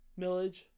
millage